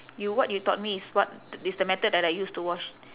you what you taught me is what it's the method that I use to wash